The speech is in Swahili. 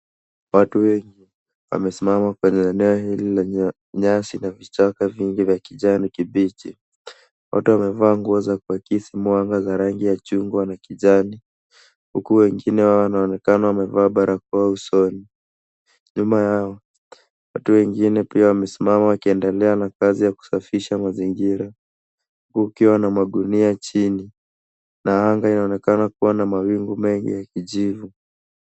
Watu wengi wamesimama kwenye eneo hili lenye nyasi na vichaka vingi vya kijani kibichi. Watu wamevaa nguo za kuakisi mwanga za rangi ya chungwa na kijani huku wengine wao wanaonekana wamevaa barakoa usoni. Nyuma yao watu wengine pia wamesimama wakiendelea na kazi ya kusafisha mazingira kukiwa na magunia chini na anga inaonekana kuwa na mawingu mengi ya kijivu.